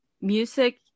music